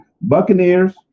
Buccaneers